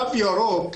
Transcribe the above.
תו ירוק.